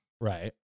Right